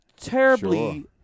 terribly